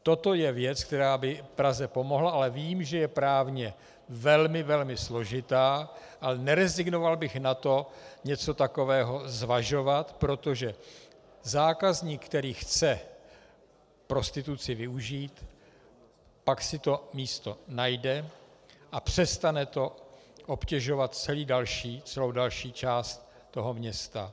Toto je věc, která by Praze pomohla, ale vím, že je právně velmi, velmi složitá, ale nerezignoval bych na to něco takového zvažovat, protože zákazník, který chce prostituci využít, si pak to místo najde a přestane to obtěžovat celou další část města.